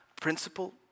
principle